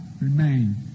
remain